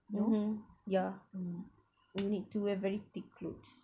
mmhmm ya you need to wear very thick clothes